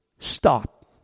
Stop